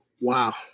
wow